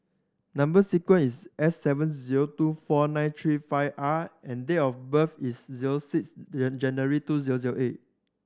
number sequence is S seven zero two four nine three five R and date of birth is zero six January two zero zero eight